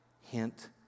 Hint